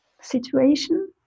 situation